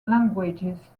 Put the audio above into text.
languages